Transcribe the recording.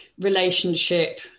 relationship